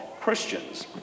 Christians